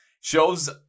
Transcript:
Shows